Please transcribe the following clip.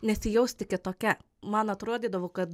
nesijausti kitokia man atrodydavau kad